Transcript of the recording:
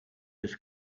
his